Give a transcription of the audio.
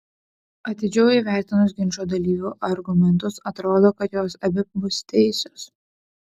atidžiau įvertinus ginčo dalyvių argumentus atrodo kad jos abi bus teisios